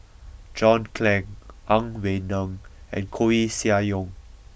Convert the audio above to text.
John Clang Ang Wei Neng and Koeh Sia Yong